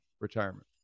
retirement